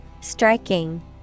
Striking